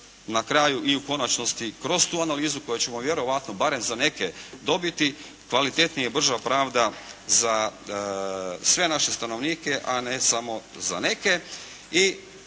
na kraju i u konačnosti kroz tu analizu koju ćemo vjerojatno bar za neke dobiti, kvalitetnije i brže opravda za sve naše stanovnike a ne samo za neke.